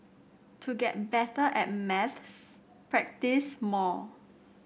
to get better at maths practise more